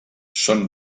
són